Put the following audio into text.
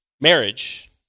Marriage